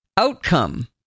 outcome